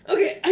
Okay